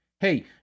Hey